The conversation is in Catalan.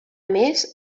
més